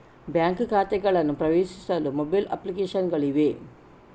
bank ಖಾತೆಗಳನ್ನು ಪ್ರವೇಶಿಸಲು mobile application ಗಳಿವೆ